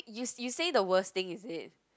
you you say the worst thing is it